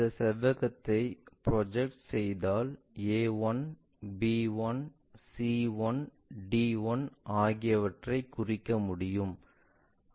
இந்த செவ்வகத்தை ப்ரொஜெக்ட் செய்தால் a1 b1 c1 d1 ஆகியவற்றைக் குறிக்க முடியும்